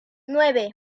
nueve